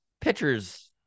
pitchers